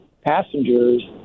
passengers